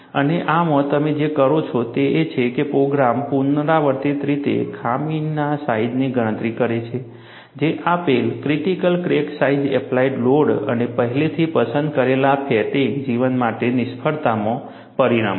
અને આમાં તમે જે કરો છો તે એ છે કે પ્રોગ્રામ પુનરાવર્તિત રીતે ખામીના સાઈજની ગણતરી કરે છે જે આપેલ critical crack size applied load અને પહેલાથી પસંદ કરેલા ફેટિગ જીવન માટે નિષ્ફળતામાં પરિણમશે